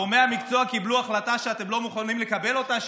גורמי המקצוע קיבלו החלטה שאתם לא מוכנים לקבל אותה?